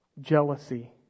Jealousy